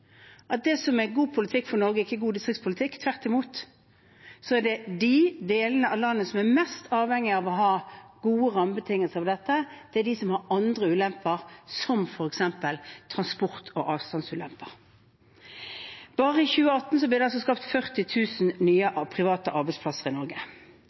at det som er god politikk for Norge, ikke er god distriktspolitikk. Tvert imot er de delene av landet som er mest avhengige av å ha gode rammebetingelser for dette, de som har andre ulemper, som f.eks. transport- og avstandsulemper. Bare i 2018 ble det skapt 40 000 nye private arbeidsplasser i Norge.